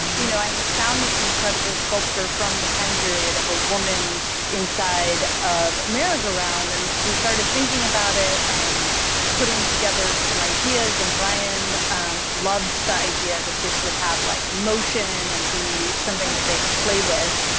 you know, i found this incredible sculpture from the time period of a woman inside of merry go round, and we started thinking about it and putting together some ideas. and ryan loved that idea that this would have, like, motion and be something that they could play with.